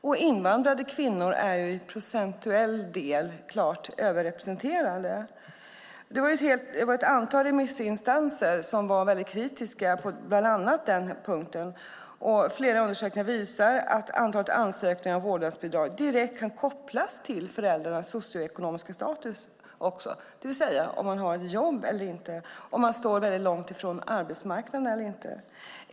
Och invandrade kvinnor är procentuellt klart överrepresenterade. Ett antal remissinstanser var mycket kritiska bland annat på den punkten, och flera undersökningar visar att antalet ansökningar om vårdnadsbidrag direkt kan kopplas till föräldrarnas socioekonomiska status, det vill säga om man har ett jobb eller inte, om man står långt från arbetsmarknaden eller inte.